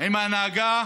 עם ההנהגה,